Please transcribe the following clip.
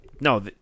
no